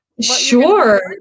Sure